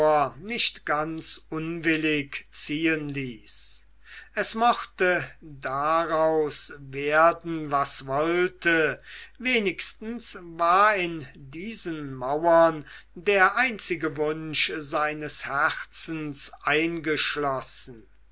nicht ganz unwillig ziehen ließ es mochte daraus werden was wollte wenigstens war in diesen mauern der einzige wunsch seines herzens eingeschlossen